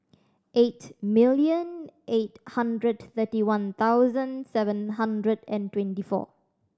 eight million eight hundred thirty one thousand seven hundred and twenty four